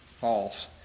false